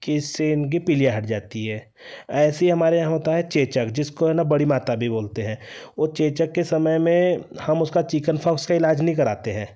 कि इससे उनकी पीलिया हट जाती है ऐसे ही हमारे यहाँ होता है चेचक जिसको है ना बड़ी माता भी बोलते हैं वो चेचक के समय में हम उसका चिकन फॉक्स का इलाज नहीं कराते हैं